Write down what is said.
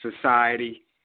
society